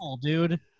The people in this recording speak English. dude